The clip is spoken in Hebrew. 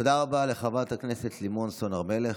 תודה רבה לחברת הכנסת לימור סון הר מלך.